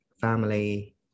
family